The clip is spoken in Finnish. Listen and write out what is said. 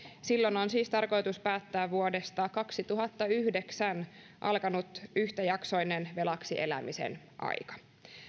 on siis tarkoitus päättää vuodesta kaksituhattayhdeksän alkanut yhtäjaksoinen velaksi elämisen aika